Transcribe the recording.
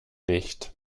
nicht